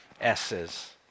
S's